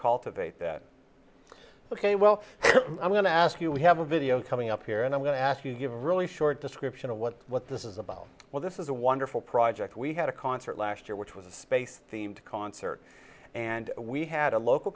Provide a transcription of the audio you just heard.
to vait that ok well i'm going to ask you we have a video coming up here and i'm going to ask you to give a really short description of what what this is about well this is a wonderful project we had a concert last year which was a space themed concert and we had a local